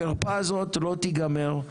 החרפה הזאת לא תגמר,